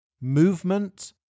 movement